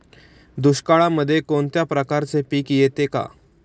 दुष्काळामध्ये कोणत्या प्रकारचे पीक येते का?